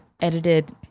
edited